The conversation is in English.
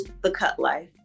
thecutlife